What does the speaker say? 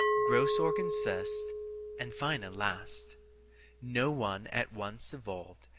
gross organs first and finer last no one at once evolved,